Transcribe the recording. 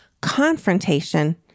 confrontation